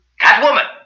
Catwoman